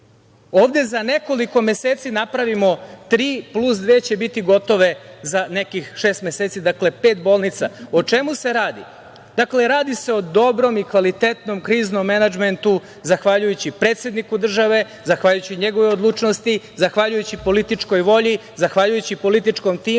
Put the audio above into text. Ovde za nekoliko meseci napravimo tri, plus dve će biti gotove za nekih šest meseci, dakle pet bolnica.O čemu se radi? Radi se o dobrom i kvalitetnom kriznom menadžmentu, zahvaljujući predsedniku države, zahvaljujući njegovoj odlučnosti, zahvaljujući političkoj volji, zahvaljujući političkom timu,